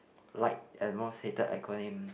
like the most hated acronym